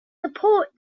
support